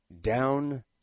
down